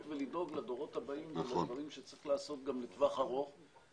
ולדאוג לדורות הבאים ולדברים שצריך לעשות גם לטווח ארוך.